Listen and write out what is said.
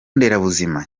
nderabuzima